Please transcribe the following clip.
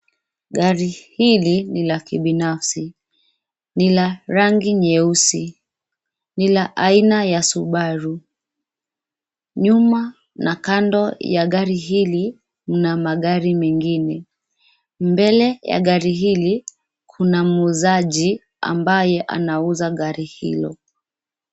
Gari hili ni la kibinafsi. Ni la rangi nyeusi. Ni la aina ya subaru. Nyuma na kando ya gari hili, mna magari mengine. Mbele ya gari hili, kuna muuzaji ambaye anauza gari hilo.